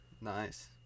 Nice